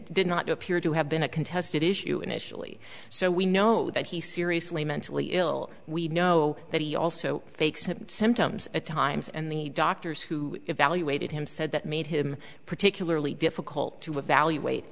did not appear to have been a contested issue initially so we know that he seriously mentally ill we know that he also fakes had symptoms at times and the doctors who evaluated him said that made him particularly difficult to evaluate